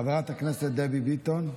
חברת הכנסת דבי ביטון.